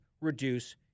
reduce